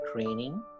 training